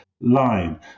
line